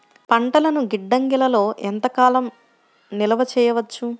పంటలను గిడ్డంగిలలో ఎంత కాలం నిలవ చెయ్యవచ్చు?